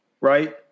right